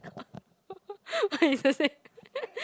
or it's the same